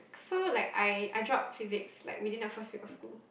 so like I I dropped physics like within the first week of school